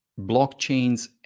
blockchains